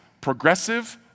progressive